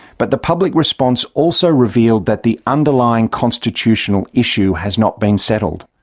but the public response also revealed that the underlying constitutional issue has not been settled.